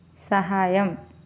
సహాయం